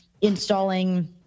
installing